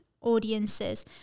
audiences